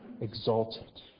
exalted